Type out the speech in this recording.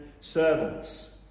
servants